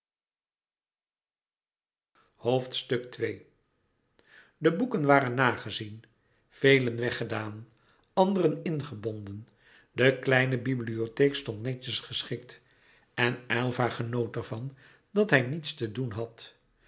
de boeken waren nagezien velen weggedaan anderen ingebonden de kleine bibliotheek stond netjes geschikt en aylva genoot ervan dat hij niets te doen had